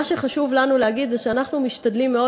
מה שחשוב לנו להגיד זה שאנחנו משתדלים מאוד,